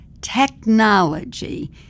technology